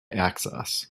access